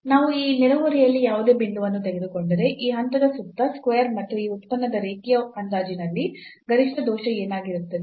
ನಾವು ಈ ನೆರೆಹೊರೆಯಲ್ಲಿ ಯಾವುದೇ ಬಿಂದುವನ್ನು ತೆಗೆದುಕೊಂಡರೆ ಈ ಹಂತದ ಸುತ್ತ square ಮತ್ತು ಈ ಉತ್ಪನ್ನದ ರೇಖೀಯ ಅಂದಾಜಿನಲ್ಲಿ ಗರಿಷ್ಠ ದೋಷ ಏನಾಗಿರುತ್ತದೆ